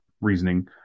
reasoning